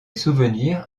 souvenir